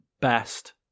Best